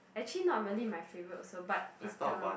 actually not really my favorite also but is the